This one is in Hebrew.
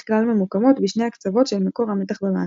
כלל ממוקמות בשני הקצוות של מקור המתח במעגל.